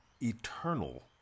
eternal